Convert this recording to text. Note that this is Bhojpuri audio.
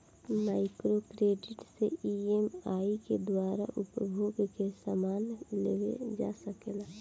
माइक्रो क्रेडिट से ई.एम.आई के द्वारा उपभोग के समान लेवल जा सकेला